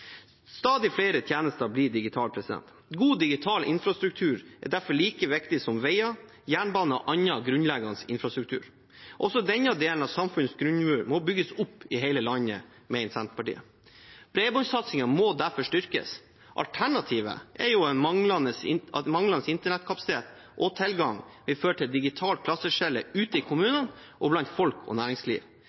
Stadig flere tjenester blir digitale. God digital infrastruktur er derfor like viktig som veier, jernbane og annen grunnleggende infrastruktur. Også denne delen av samfunnets grunnmur må bygges opp i hele landet, mener Senterpartiet. Bredbåndsatsingen må derfor styrkes. Alternativet er at manglende internettkapasitet og -tilgang vil føre til et digitalt klasseskille ute i kommunene og blant folk og næringsliv.